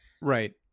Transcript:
Right